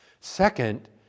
Second